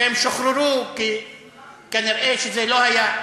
שהם שוחררו כי כנראה זה לא היה.